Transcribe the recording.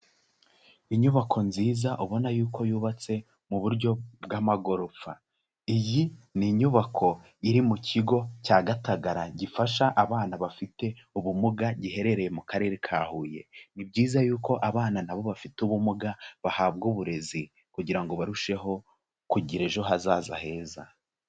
Inyubako nziza ubona yuko yubatse mu buryo bw'amagorofa, iyi ni inyubako iri mu kigo cya Gatagara, gifasha abana bafite ubumuga, giherereye mu karere ka Huye, ni byiza yuko abana nabo bafite ubumuga bahabwa uburezi, kugira ngo barusheho kugira ejo hazaza heza.